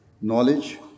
knowledge